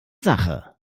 sache